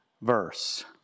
verse